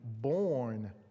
born